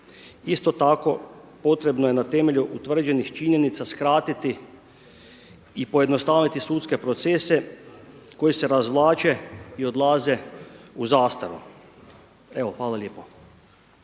Isto tako potrebno je na temelju utvrđenih činjenica skratiti i pojednostaviti sudske procese koji se razvlače i odlaze u zastaru. Evo hvala lijepa.